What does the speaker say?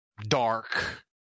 dark